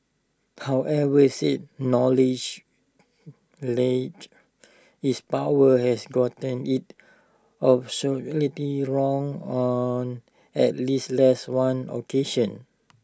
however said knowledge is power has gotten IT absolutely wrong on at least less one occasion